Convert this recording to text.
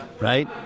right